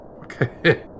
Okay